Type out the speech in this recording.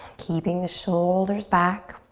keeping the shoulders back.